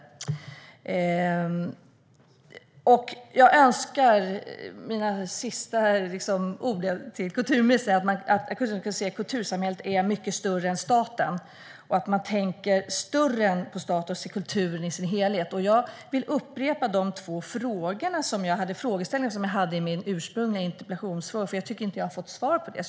Jag önskar - det är mina sista ord till kulturministern - att kulturministern kan se att kultursamhället är mycket större än staten och tänker större än på status i kulturen i dess helhet. Jag vill upprepa de två frågor som jag hade i min ursprungliga interpellation, för jag tycker inte att jag har fått svar på dem.